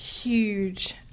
huge